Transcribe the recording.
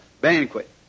banquet